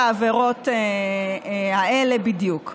העבירות האלה בדיוק.